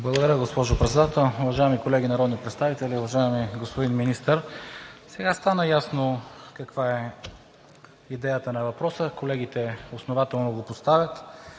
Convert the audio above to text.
Благодаря, госпожо Председател. Уважаеми колеги народни представители, уважаеми господин Министър! Сега стана ясно каква е идеята на въпроса. Колегите основателно го поставят